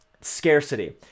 scarcity